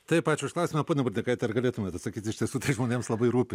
taip ačiū už klausimą pone burneikaite ar galėtumėt atsakyt iš tiesų tai žmonėms labai rūpi